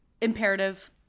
imperative